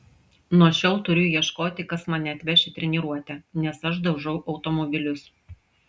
nuo šiol turiu ieškoti kas mane atveš į treniruotę nes aš daužau automobilius